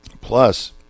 Plus